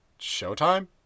Showtime